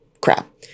crap